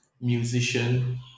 musician